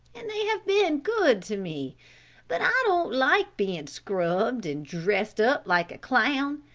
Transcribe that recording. and they have been good to me but i don't like being scrubbed and dressed up like a clown,